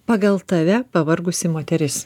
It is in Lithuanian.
pagal tave pavargusi moteris